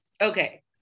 okay